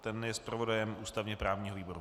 Ten je zpravodajem ústavněprávního výboru.